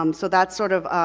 um so that's sort of,